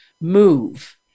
move